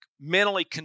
mentally